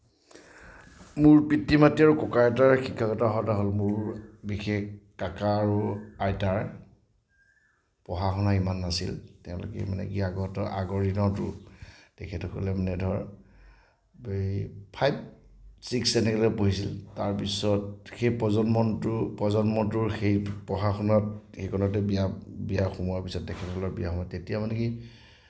মোৰ পিতৃ মাতৃ আৰু ককা আইতাৰ শিক্ষাগত অৰ্হতা হ'ল মোৰ বিশেষ ককা আৰু আইতাৰ পঢ়া শুনা ইমান নাছিল তেওঁলোকে মানে কি আগৰ দিনৰতো তেখেতসকলে মানে ধৰ ফাইভ ছিক্স এনেকুৱালৈ পঢ়িছিল তাৰপিছত সেই প্ৰজন্মটোৰ প্ৰজন্মটোৰ সেই পঢ়া শুনাত সেইকণতে বিয়া বিয়া সোমোৱাৰ পিছত তেখেতসকলৰ বিয়া সোমোৱা তেতিয়া মানে কি